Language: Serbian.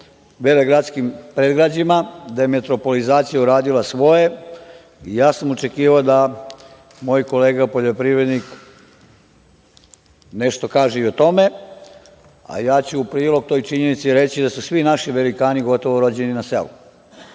velegradskim predgrađima, gde je metropolizacija uradila svoje, očekivao sam da moj kolega poljoprivrednik nešto kaže i o tome. Ja ću u prilog toj činjenici reći da su svi naši velikani rođeni na